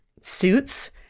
Suits